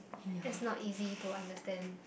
it's not easy to understand